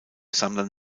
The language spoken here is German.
sammlern